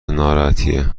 ناراحتیه